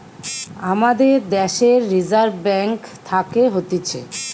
আমাদের দ্যাশের reserve bank থাকে হতিছে